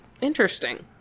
Interesting